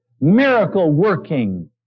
miracle-working